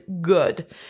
good